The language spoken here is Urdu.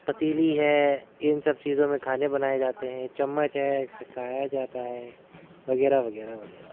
پتیلی ہے ان سب چیزوں میں کھانے بنائے جاتے ہیں چمچ ہے جس سے کھایا جاتا ہے وغیرہ وغیرہ وغیرہ